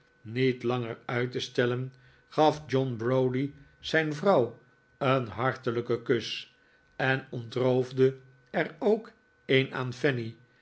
niet langer uit te stellen gaf john browdie zijn vrouw een hartelijken kus en ontroofde er ook een aan